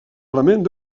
element